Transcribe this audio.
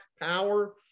power